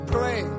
Pray